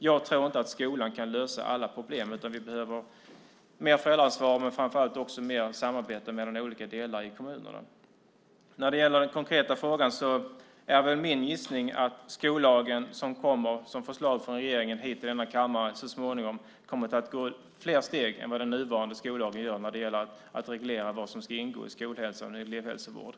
Jag tror inte att skolan kan lösa alla problem, utan vi behöver mer föräldraansvar och framför allt också mer samarbete mellan olika delar i kommunerna. När det gäller den konkreta frågan är det min gissning att den skollag som kommer som förslag från regeringen hit till kammaren så småningom kommer att gå fler steg än vad den nuvarande skollagen gör när det gäller att reglera vad som ska ingå i skolhälsan och elevhälsovården.